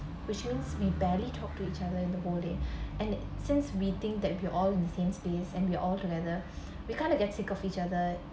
which means we barely talk to each other in the whole day and since we think that we're all the same space and we're altogether we kind of get sick of each other